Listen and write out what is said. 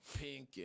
pink